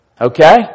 Okay